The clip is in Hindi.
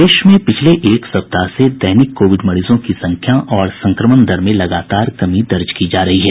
प्रदेश में पिछले एक सप्ताह से दैनिक कोविड मरीजों की संख्या और संक्रमण दर में लगातार कमी दर्ज की जा रही है